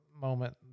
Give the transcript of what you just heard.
moment